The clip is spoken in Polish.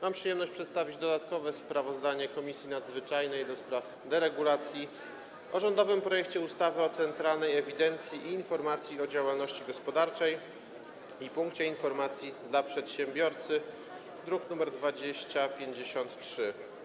Mam przyjemność przedstawić dodatkowe sprawozdanie Komisji Nadzwyczajnej do spraw deregulacji o rządowym projekcie ustawy o Centralnej Ewidencji i Informacji o Działalności Gospodarczej i Punkcie Informacji dla Przedsiębiorcy, druk nr 2053.